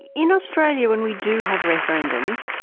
in australia when we do have referendums,